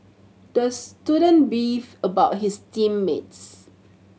the student beefed about his team mates